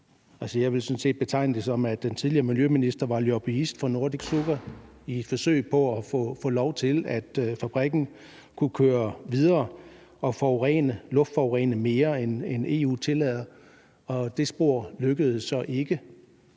set betegne det, som at den tidligere miljøminister var lobbyist for Nordic Sugar i et forsøg på at få tilladelse til, at fabrikken kunne køre videre og luftforurene mere, end EU tillader. Det spor lykkedes så ikke.